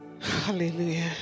hallelujah